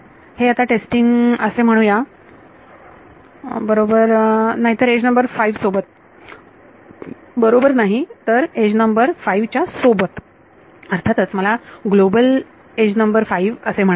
हे आता टेस्टिंग असे म्हणू या बरोबर नाही तर एज नंबर 5 सोबत अर्थातच मला ग्लोबल एज नंबर फाईव्ह असे म्हणायचे आहे